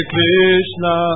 Krishna